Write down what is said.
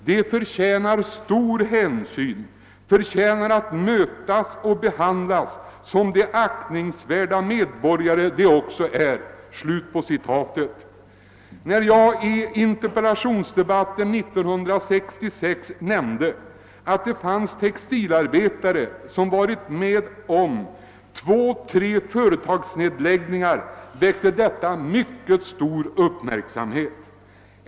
De förtjänar stor hänsyn, förtjänar att mötas och behandlas som de aktningsvärda medborgare de också är.» När jag i interpellationsdebatten 1966 nämnde att en del textilarbetare i Norrköping varit med om två, tre företagsnedläggningar väckte detta mycket stor uppmärksamhet.